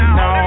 no